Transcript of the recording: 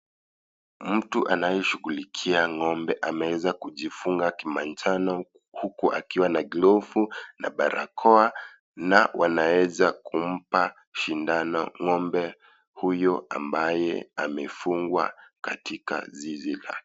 Mtu anayeshughulikia ng'ombe ameweza kujifunga kimanjano huku akiwa na glovu na barakoa na wanaweza kumpa sindano ng'ombe huyo ambaye amefungwa katika zizi lake.